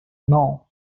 know